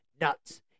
Nuts